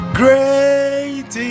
great